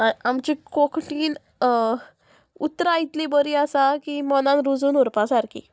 आमची कोंकणीन उतरां इतली बरी आसा की मनान रुजून उरपा सारकी